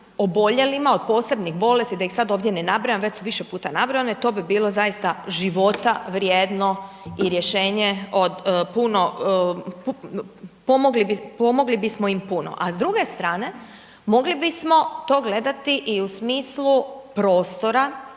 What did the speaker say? oboljelima od posebnih bolesti, da ih sada ovdje ne nabrajam, već su više puta nabrajane, to bi bilo zaista života vrijedno i rješenje, pomogli bismo im puno. A s druge strane mogli bismo to gledati i u smislu prostora